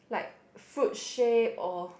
like fruit shape or